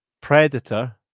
Predator